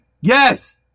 yes